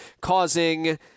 causing